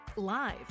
Live